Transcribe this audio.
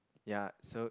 ya so